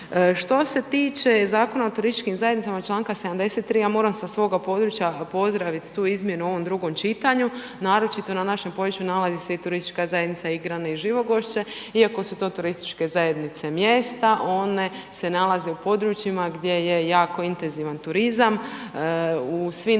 Što se tiče Zakona o turističkim zajednicama članka 73. ja moram sa svoga područja pozdraviti tu izmjenu u ovom drugom čitanju. Naročito na našem području nalazi se i turistička zajednica … /ne razumije se/… iako su to turističke zajednice mjesta, one se nalaze u područjima gdje je jako intenzivan turizam. U svim